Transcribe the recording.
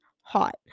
hot